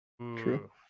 True